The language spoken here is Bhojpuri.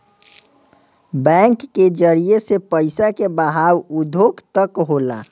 बैंक के जरिए से पइसा के बहाव उद्योग तक होला